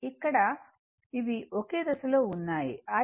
ఇక్కడ అవి ఒకే దశలో ఉన్నాయి I